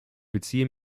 beziehe